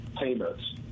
payments